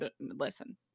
Listen